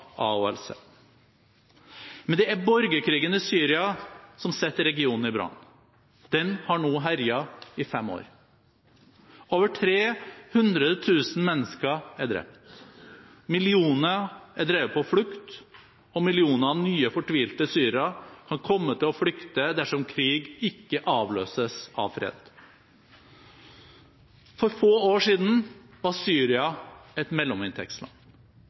Men det er borgerkrigen i Syria som setter regionen i brann. Den har nå herjet i fem år. Over 300 000 mennesker er drept. Millioner er drevet på flukt, og millioner av nye fortvilte syrere kan komme til å flykte dersom krig ikke avløses av fred. For få år siden var Syria et mellominntektsland.